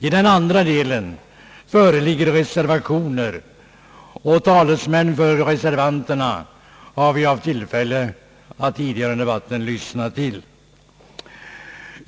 I den andra delen föreligger det reservationer, och talesmän för reservanterna har vi haft tillfälle att tidigare under debatten lyssna till.